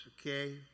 Okay